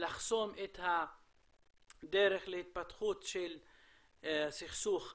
לחסום את הדרך להתפתחות של סכסוך אלים,